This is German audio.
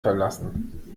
verlassen